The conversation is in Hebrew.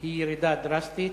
היא ירידה דרסטית.